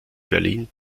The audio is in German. berlin